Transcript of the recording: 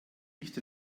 nicht